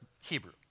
Hebrew